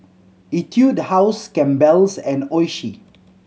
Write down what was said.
Etude House Campbell's and Oishi